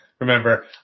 Remember